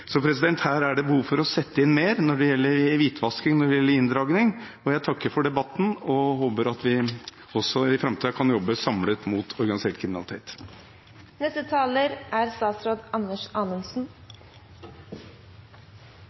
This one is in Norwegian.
Så her er det behov for mer innsats når det gjelder hvitvasking, og når det gjelder inndragning, og jeg takker for debatten og håper at vi også i framtiden kan jobbe samlet mot organisert kriminalitet.